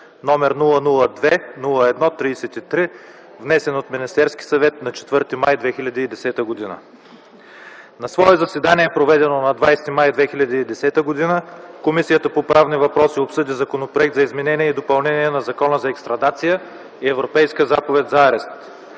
№ 002–01–33, внесен от Министерски съвет на 04.05.2010 г. На свое заседание, проведено на 20 май 2010 г., Комисията по правни въпроси обсъди Законопроект за изменение и допълнение на Закона за екстрадицията и Европейската заповед за арест.